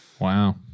Wow